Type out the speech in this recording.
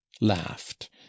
laughed